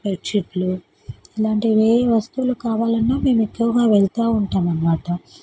బెడ్షీట్లు ఇలాంటి ఏ వస్తువులు కావాలన్నా మేము ఎక్కువగా వెళుతూ ఉంటాము అన్నమాట